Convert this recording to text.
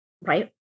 Right